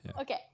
Okay